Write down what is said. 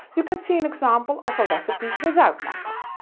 you can see an example of a recipe without markup.